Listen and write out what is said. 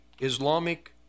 Islamic